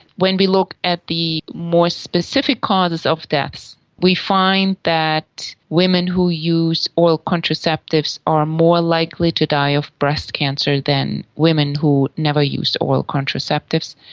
when we look at the more specific causes of deaths we find that women who use oral contraceptives are more likely to die of breast cancer than women who never used oral contraceptives.